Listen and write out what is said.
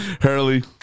Hurley